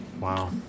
Wow